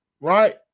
right